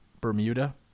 Bermuda